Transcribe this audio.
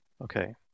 Okay